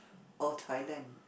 or Thailand